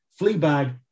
Fleabag